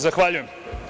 Zahvaljujem.